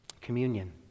Communion